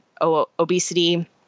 obesity